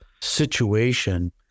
situation